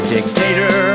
Dictator